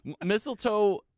Mistletoe